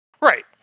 Right